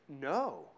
No